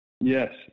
Yes